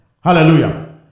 Hallelujah